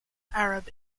arab